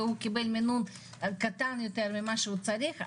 וקיבל מינון קטן ממה שצריך,